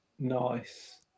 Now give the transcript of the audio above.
Nice